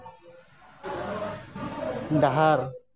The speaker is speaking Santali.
ᱰᱟᱦᱟᱨ